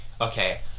okay